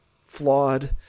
flawed